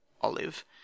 olive